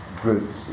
groups